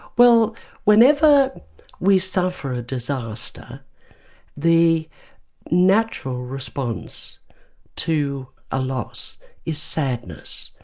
well whenever we suffer a disaster the natural response to a loss is sadness.